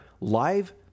live